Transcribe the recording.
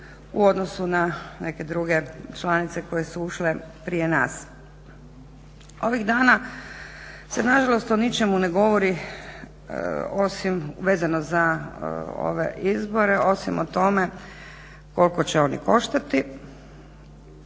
u odnosu na neke druge članice koje su ušle prije nas. Ovih dana se nažalost o ničemu ne govori osim vezano za ove izbore osim o tome koliko će oni koštati,